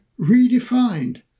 redefined